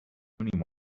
only